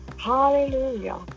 Hallelujah